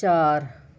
چار